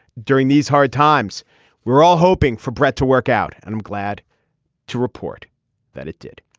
during these hard times we're all hoping for brett to work out and i'm glad to report that it did.